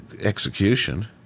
execution